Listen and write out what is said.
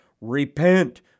repent